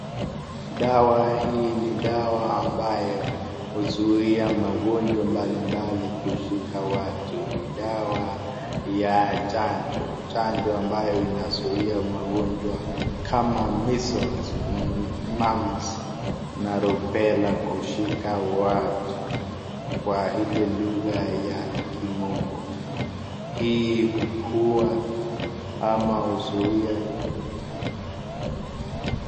Dawa hii ni dawa ambayo huzuia magonjwa mbalimbali kushika watu, dawa ya chanjo, chanjo ambayo inazuia magonjwa kama measles, mumps, na rubella kushika watu kwa hili lugha ya kimombo hii hukua ama huhuzuia.